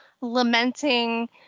lamenting